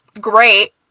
Great